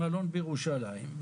ממלון בירושלים,